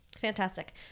fantastic